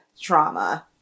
trauma